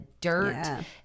dirt